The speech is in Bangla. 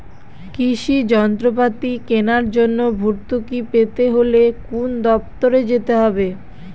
কৃষি যন্ত্রপাতি কেনার জন্য ভর্তুকি পেতে হলে কোন দপ্তরে যেতে হবে?